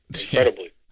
incredibly